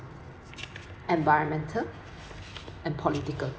environmental and political